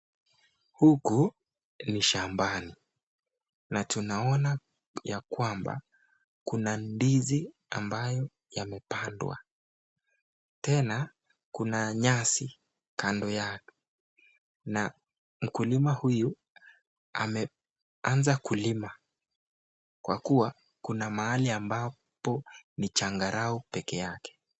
Huku ni shambani na tunaona ya kwamba kuna ndizi ambayo yamepandwa. Tena kuna nyasi kando yake na mkulima huyu ameanza kulima kwa kuwa kuna mahali ambapo ni jangarau peke yake.